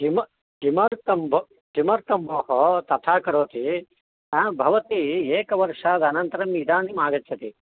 किं किमर्थं भोः किमर्थं भोः तथा करोति ह भवती एकवर्षात् अनन्तरम् इदानीम् आगच्छति